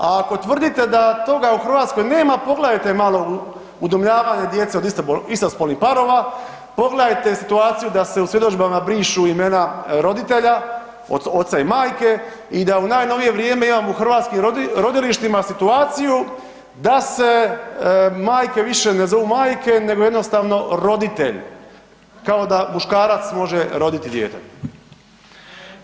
A ako tvrdite da toga u Hrvatskoj nema pogledajte malo udomljavanje djece od istospolnih parova, pogledajte situaciju da se u svjedodžbama brišu imena roditelja od oca i majke i da u najnovije vrijeme imamo u hrvatskim rodilištima situaciju da se majke više ne zovu majke nego jednostavno roditelj kao da muškarac može roditi dijete.